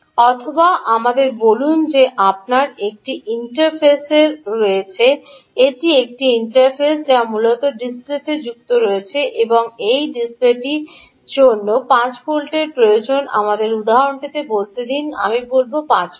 অথবা আমাদের বলুন যে আপনার একটি ইন্টারফেস রয়েছে এটি একটি ইন্টারফেস যা মূলত ডিসপ্লেতে সংযুক্ত হচ্ছে এবং এই ডিসপ্লেটির জন্য 5 ভোল্টের প্রয়োজন আমাদের উদাহরণটি বলতে দিন ডান আমি বলবো 5 ভোল্ট